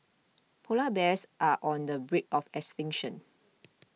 Polar Bears are on the brink of extinction